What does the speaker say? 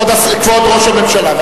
כבוד ראש הממשלה.